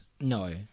No